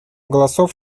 голосов